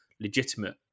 legitimate